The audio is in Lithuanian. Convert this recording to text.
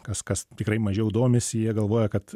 kas kas tikrai mažiau domisi jie galvoja kad